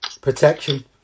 protection